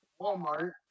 walmart